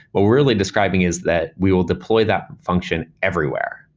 what we're really describing is that we will deploy that function everywhere.